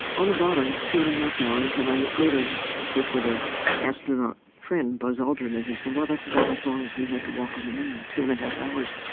on the bottom, two and a half hours and i later spoke with an ah astronaut friend, buzz aldrin, and he said, well, that's about as long as we had to walk on the moon, two and a half hours.